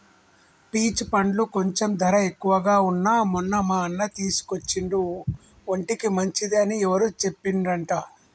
peach పండ్లు కొంచెం ధర ఎక్కువగా వున్నా మొన్న మా అన్న తీసుకొచ్చిండు ఒంటికి మంచిది అని ఎవరో చెప్పిండ్రంట